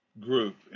group